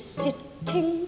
sitting